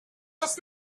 this